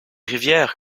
rivières